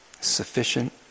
Sufficient